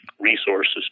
resources